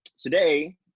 Today